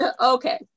okay